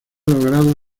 logrado